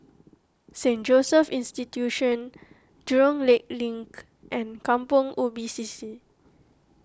Saint Joseph's Institution Jurong Lake Link and Kampong Ubi C C